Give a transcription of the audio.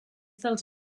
dels